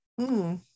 -hmm